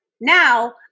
Now